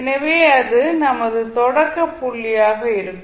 எனவே அது நமது தொடக்க புள்ளியாக இருக்கும்